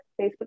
Facebook